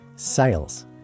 Sales